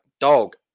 dog